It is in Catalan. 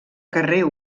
carrer